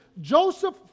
Joseph